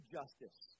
justice